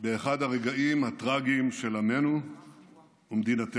באחד הרגעים הטרגיים של עמנו ומדינתנו.